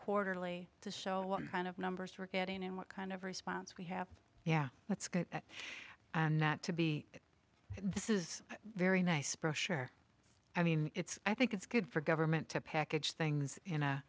quarterly to show what kind of numbers we're getting and what kind of response we have yeah let's not to be this is a very nice brochure i mean it's i think it's good for government to package things in a